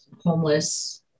homeless